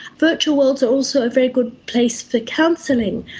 virtual worlds are also a very good place for counselling.